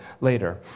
Later